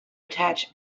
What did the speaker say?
attach